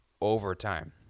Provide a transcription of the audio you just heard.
overtime